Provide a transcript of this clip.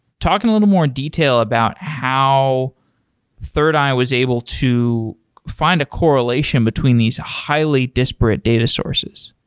talk in a little more detail about how thirdeye was able to find a correlation between these highly disparate data sources.